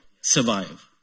survive